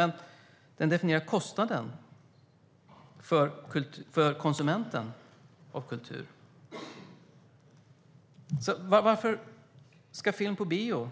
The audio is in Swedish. Men den definierar kostnaden för konsumenten av kultur. Varför ska film på bio